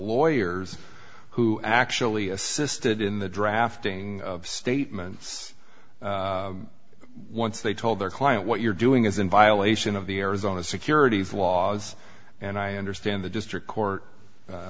lawyers who actually assisted in the drafting of statements once they told their client what you're doing is in violation of the arizona securities laws and i understand the district court